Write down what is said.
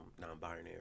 non-binary